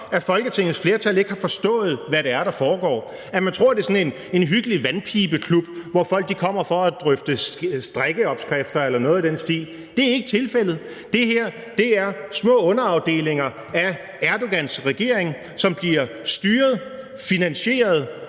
om Folketingets flertal ikke har forstået, hvad det er, der foregår, og at man tror, at det er sådan en hyggelig vandpibeklub, hvor folk kommer for at drøfte strikkeopskrifter eller noget i den stil. Det er ikke tilfældet, men det her er små underafdelinger af Erdogans regering, som bliver styret, finansieret